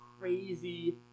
crazy